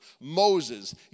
Moses